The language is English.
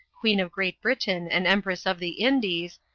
queen of great britain and empress of the indies,